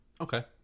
Okay